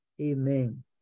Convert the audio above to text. Amen